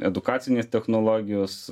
edukacinės technologijos